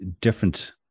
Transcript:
different